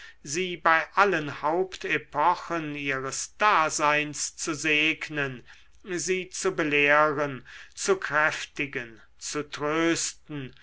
sie bei allen hauptepochen ihres daseins zu segnen sie zu belehren zu kräftigen zu trösten